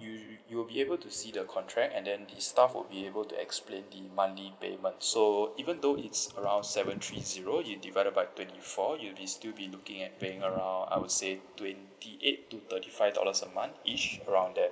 you you will be able to see the contract and then the staff would be able to explain the monthly payment so even though it's around seven three zero you divided by twenty four you'll be still be looking at paying around I would say twenty eight to thirty five dollars a month ish around there